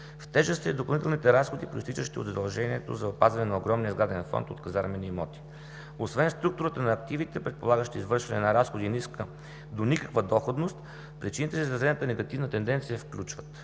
В тежест са и допълнителните разходи, произтичащи от задължението за опазване на огромния сграден фонд от казармени имоти. Освен структурата на активите, предполагащи извършване на разходи и ниска до никаква доходност, причините за изразената негативна тенденция включват